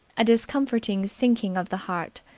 a discomforting sinking of the heart,